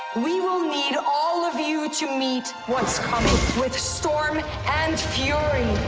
we will need all of you to meet what's coming with storm and fury.